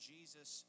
Jesus